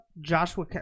Joshua